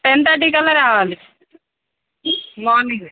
ten థర్టీకల్లా రావాలి morning